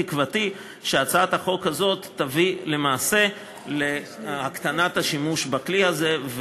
תקוותי היא שהצעת החוק הזאת תביא למעשה להקטנת השימוש בכלי הזה,